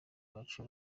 bacu